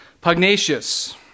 Pugnacious